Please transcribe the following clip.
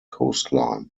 coastline